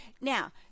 now